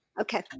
Okay